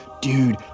dude